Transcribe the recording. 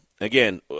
Again